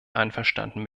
einverstanden